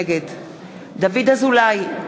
נגד דוד אזולאי,